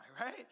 right